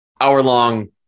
hour-long